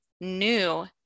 new